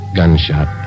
gunshot